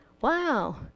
Wow